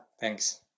Thanks